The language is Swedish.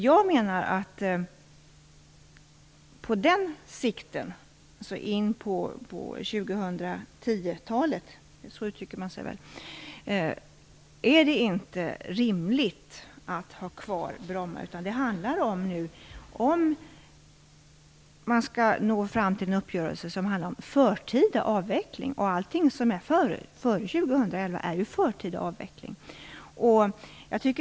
Jag menar att det på sikt, in på 2010-talet, inte är rimligt att ha kvar Bromma flygplats. Nu handlar det om att man skall nå fram till en uppgörelse som gäller förtida avveckling. All avveckling som sker före år 2011 är förtida avveckling.